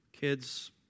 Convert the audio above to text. kids